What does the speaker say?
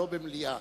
לא במליאה.